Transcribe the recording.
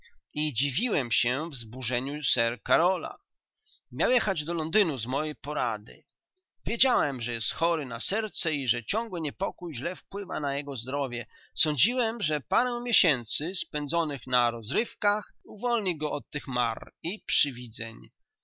i dziwiłem się wzburzeniu sir karola miał jechać do londynu z mojej porady wiedziałem że jest chory na serce i że ciągły niepokój źle wpływa na jego zdrowie sądziłem że parę miesięcy spędzonych na rozrywkach uwolni go od tych mar i